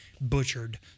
butchered